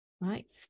right